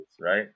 right